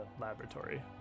laboratory